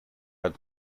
had